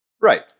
Right